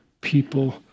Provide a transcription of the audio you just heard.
people